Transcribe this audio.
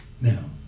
Now